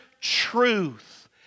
truth